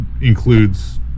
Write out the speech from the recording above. includes